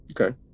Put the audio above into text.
Okay